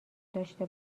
داشته